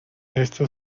esto